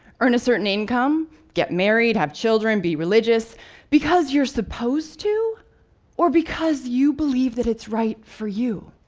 earn a certain income, get married, have children, be religious because you are supposed to or because you believe that it's right for you?